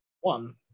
One